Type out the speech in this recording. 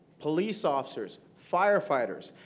police officers, firefighters.